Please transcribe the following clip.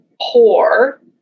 poor